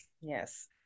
Yes